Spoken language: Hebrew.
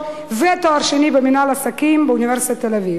ותואר שני במינהל עסקים באוניברסיטת תל-אביב,